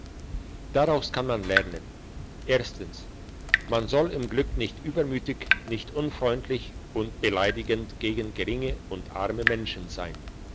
daraus kann man lernen erstens man soll im glück nicht übermütig nicht unfreundlich und beleidigend gegen geringe und arme menschen sein